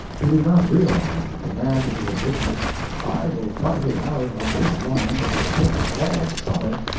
he did not realize that the man who had written i will fight it out on this line if it takes all summer,